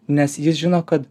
nes jis žino kad